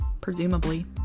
presumably